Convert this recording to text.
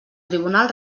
tribunal